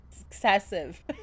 excessive